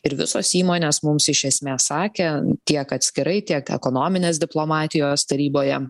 ir visos įmonės mums iš esmės sakė tiek atskirai tiek ekonominės diplomatijos taryboje